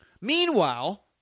Meanwhile